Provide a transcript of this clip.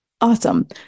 Awesome